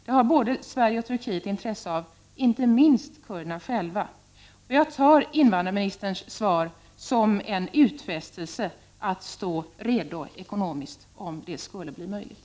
Det har både Sverige och Turkiet intresse av och inte minst kurderna själva. Jag uppfattar invandrarministerns svar som en utfästelse att stå redo ekonomiskt om så blir fallet.